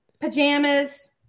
Pajamas